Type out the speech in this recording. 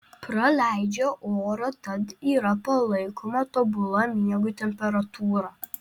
praleidžią orą tad yra palaikoma tobula miegui temperatūra